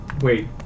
Wait